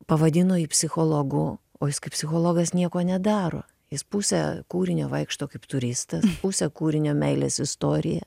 pavadino jį psichologu o jis kaip psichologas nieko nedaro jis pusę kūrinio vaikšto kaip turistas pusė kūrinio meilės istorija